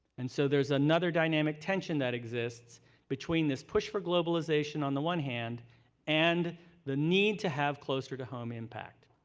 and so there's another dynamic tension that exists between this push for globalization on the one hand and the need to have closer-to-home impact.